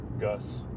Gus